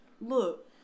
Look